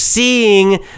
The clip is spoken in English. Seeing